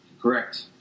Correct